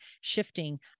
shifting